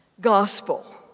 gospel